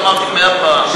אמרתי מאה פעם.